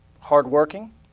hardworking